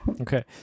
okay